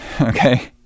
okay